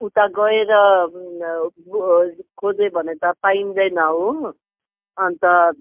उता गएर खोजे भने पाइँदैन हो अन्त